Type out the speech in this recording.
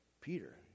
Peter